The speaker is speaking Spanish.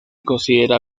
considera